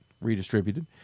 redistributed